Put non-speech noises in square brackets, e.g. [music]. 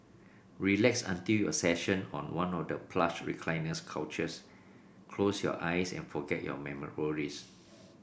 relax until your session on one of the plush recliner couches close your eyes and forget your [unintelligible] worries